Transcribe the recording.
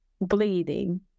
bleeding